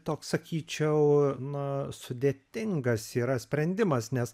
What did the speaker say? toks sakyčiau na sudėtingas yra sprendimas nes